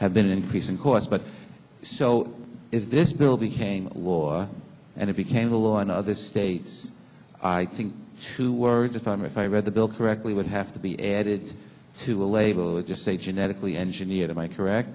have been an increase in cost but so if this bill became law and it became the law in other states i think two words if i'm if i read the bill correctly would have to be added to a label just say genetically engineered am i correct